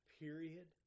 period